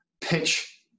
pitch